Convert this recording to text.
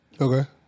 Okay